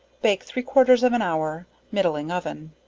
bake three quarters of an hour, middling oven.